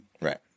Right